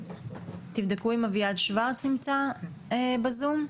תבדקו אם אביעד שוורץ נמצא בזום.